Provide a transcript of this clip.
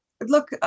look